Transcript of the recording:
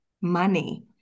money